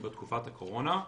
בתקופת הקורונה.